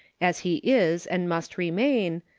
as he is and must remain,